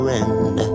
end